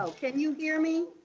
so can you hear me?